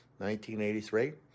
1983